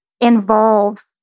involve